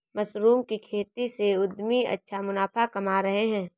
mushroom की खेती से उद्यमी अच्छा मुनाफा कमा रहे हैं